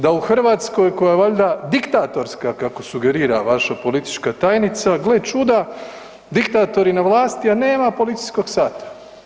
Da u Hrvatskoj koja je valjda diktatorska, kako sugerira vaša politička tajnica, gle čuda, diktati na vlasti, a nema policijskog sata.